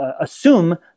assume